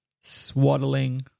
swaddling